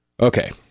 Okay